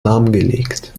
lahmgelegt